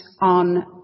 on